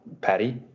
Patty